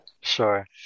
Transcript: Sure